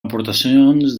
aportacions